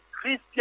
Christian